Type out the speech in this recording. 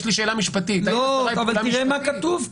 יש לי שאלה משפטית -- אבל תראה מה כתוב כאן.